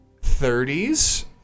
30s